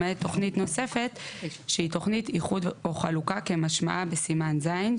למעט תכנית נוספת שהיא תכנית איחוד או חלוקה כמשמעה בסימן ז'.".